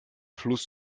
fluss